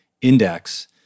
index